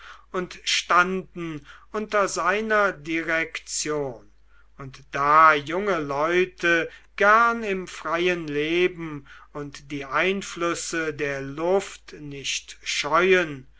und standen unter seiner direktion und da junge leute gern im freien leben und die einflüsse der luft nicht scheuen